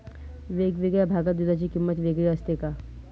वेगवेगळ्या भागात दूधाची किंमत वेगळी असते का?